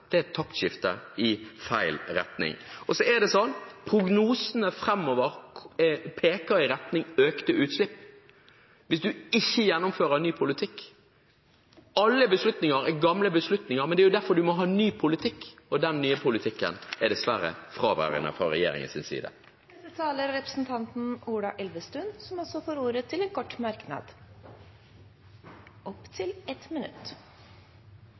er et taktskifte i feil retning. Prognosene framover peker i retning av økte utslipp hvis man ikke gjennomfører ny politikk. Alle beslutninger er gamle beslutninger, men det er derfor man må ha ny politikk – og den nye politikken er dessverre fraværende hos denne regjeringens. Ola Elvestuen har hatt ordet to ganger tidligere og får ordet til en kort merknad, begrenset til 1 minutt.